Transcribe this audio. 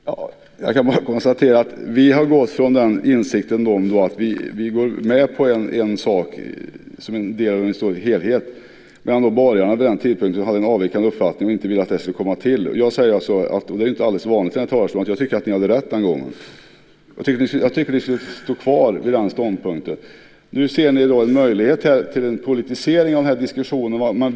Fru talman! Jag kan bara konstatera att vi har gått från insikten att vi går med på en sak som en del av en stor helhet, medan borgarna vid den tidpunkten har en avvikande uppfattning och inte vill att den ska komma till. Jag säger alltså - vilket inte är helt vanligt i den här talarstolen - att jag tycker att ni hade rätt den gången. Jag tycker att ni ska stå kvar vid den ståndpunkten. Nu ser ni en möjlighet till en politisering av den här diskussionen.